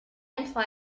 imply